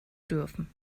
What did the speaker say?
dürfen